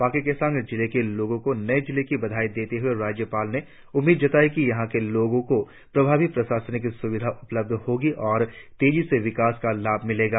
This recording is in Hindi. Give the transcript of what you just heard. पाक्के केसांग जिले के लोगों को नए जिले की बधाई देते हुए राज्यपाल ने उम्मीद जताई है कि यहां के लोगों को प्रभावी प्रशासनिक सुविधा उपलब्ध होगी और तेजी से विकास का लाभ मिलेगा